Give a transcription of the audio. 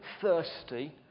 thirsty